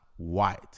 white